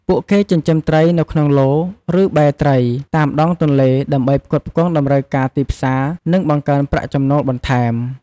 ពួកគេចិញ្ចឹមត្រីនៅក្នុង ឡូត៍ ឬបែរត្រី តាមដងទន្លេ ដើម្បីផ្គត់ផ្គង់តម្រូវការទីផ្សារ និងបង្កើនប្រាក់ចំណូលបន្ថែម។